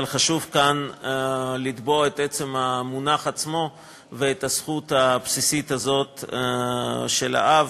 אבל חשוב כאן לקבוע את עצם המונח עצמו ואת הזכות הבסיסית הזאת של האב.